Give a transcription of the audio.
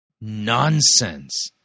nonsense